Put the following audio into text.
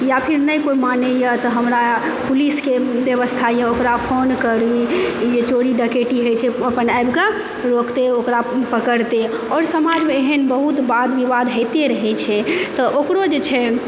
या फिर नहि कोनो मानय तऽ हमरा पुलिस के व्यवस्था यऽ ओकरा फोन करी जे चोरी डकैती होइ चाही ओ अपन आबि कऽ रोकतै ओकरा पकड़तै आओर समाजमे एहन बहुत वाद विवाद होइते रहै छै तऽ ओकरो जे छै